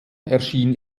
erschien